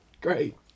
Great